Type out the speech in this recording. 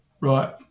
Right